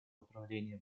управление